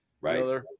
right